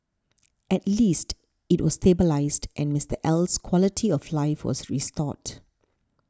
at least it was stabilised and Mister L's quality of life was restored